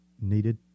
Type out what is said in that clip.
needed